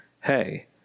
hey